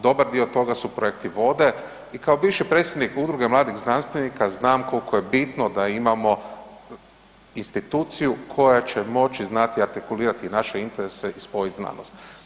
Dobar dio toga su projekti vode i kao bivši predsjednik Udruge mladih znanstvenika znam koliko je bitno da imamo instituciju koja će moći znati artikulirati naše interese i spojiti znanost.